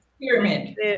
Pyramid